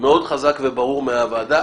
מאוד חזק וברור מהוועדה.